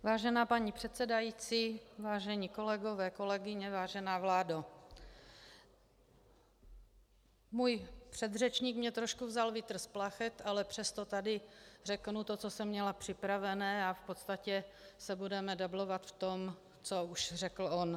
Vážená paní předsedající, vážení kolegové, kolegyně, vážená vládo, můj předřečník mi trošku vzal vítr z plachet, ale přesto tady řeknu, co jsem měla připravené, a v podstatě se budeme dublovat v tom, co už řekl on.